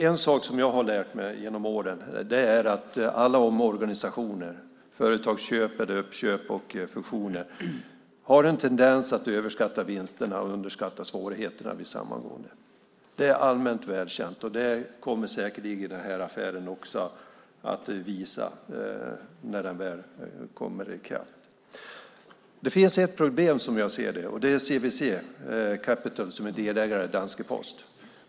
En sak som jag har lärt mig genom åren är att man vid alla omorganisationer, företagsköp, uppköp och fusioner har en tendens att överskatta vinsterna och underskatta svårigheterna. Det är allmänt välkänt, och det kommer säkerligen också den här affären att visa när den väl genomförs. Det finns ett problem som jag ser det, och det är CVC Capital som är delägare i danska Posten.